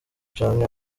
canke